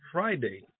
Friday